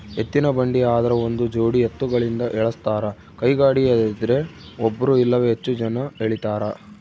ಎತ್ತಿನಬಂಡಿ ಆದ್ರ ಒಂದುಜೋಡಿ ಎತ್ತುಗಳಿಂದ ಎಳಸ್ತಾರ ಕೈಗಾಡಿಯದ್ರೆ ಒಬ್ರು ಇಲ್ಲವೇ ಹೆಚ್ಚು ಜನ ಎಳೀತಾರ